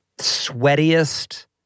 sweatiest